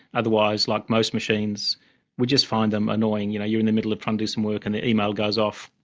otherwise, like most machines we'd just find them annoying, you know, you're in the middle of trying to do some work and the email goes off.